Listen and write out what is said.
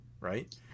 right